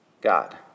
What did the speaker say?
God